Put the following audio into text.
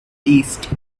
east